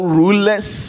rulers